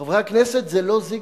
חברי הכנסת, זה לא זיגזג.